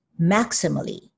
maximally